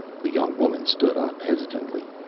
the young woman stood up hesitantly.